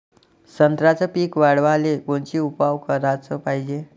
संत्र्याचं पीक वाढवाले कोनचे उपाव कराच पायजे?